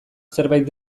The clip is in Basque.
zerbait